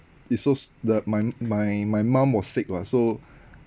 it's so the my my my mum was sick [what] so